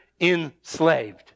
enslaved